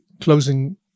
closing